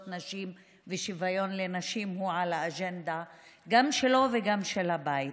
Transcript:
נשים ושוויון לנשים הוא באג'נדה גם שלו וגם של הבית.